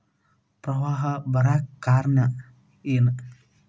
ಪ್ರವಾಹ ಬರಾಕ್ ಏನ್ ಕಾರಣ?